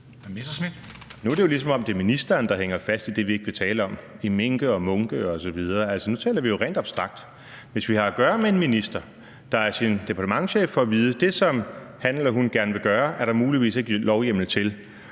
Nu er det jo, som om det er ministeren, der hænger fast i det, vi ikke vil tale om – i mink og munke osv. Altså, nu taler vi jo rent abstrakt: Lad os sige, vi har at gøre med en minister, der af sin departementschef får at vide, at det, som han eller hun gerne vil gøre, er der muligvis ikke lovhjemmel til.